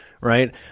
right